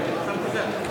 נתקבלו.